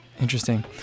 interesting